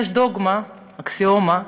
יש דוגמה, אקסיומה,